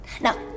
Now